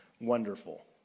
wonderful